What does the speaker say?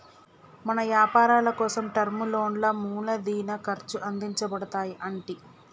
మన యపారాలకోసం టర్మ్ లోన్లా మూలదిన ఖర్చు అందించబడతాయి అంటి